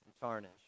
tarnish